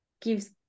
gives